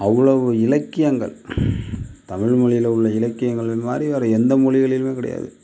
அவ்வளவு இலக்கியங்கள் தமிழ்மொழியில் உள்ள இலக்கியங்கள் மாதிரி வேறு எந்த மொழிகளிலுமே கிடையாது